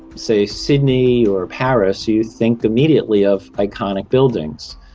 say sydney or paris, you think immediately of iconic buildings.